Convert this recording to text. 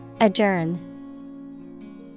Adjourn